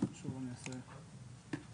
נמצאים בפערים די גדולים.